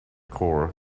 core